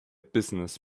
business